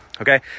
Okay